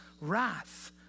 wrath